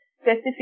specific